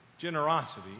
generosity